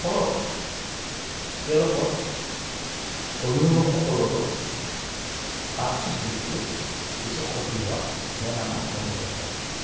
ফলত তেওঁলোকৰ অভিভাৱকসকলৰো আৰ্থিক দিশটোৰ কিছু ক্ষতি হোৱা যেন আমাৰ অনুভৱ হয়